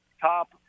top